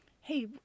hey